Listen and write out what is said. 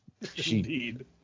indeed